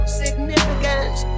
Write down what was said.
significance